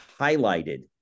highlighted